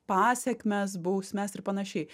pasekmes bausmes ir panašiai